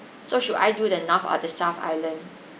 so should I do the north or the south island